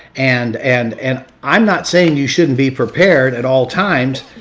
and and and i'm not saying you shouldn't be prepared at all times,